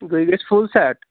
گٔیہِ أسۍ full set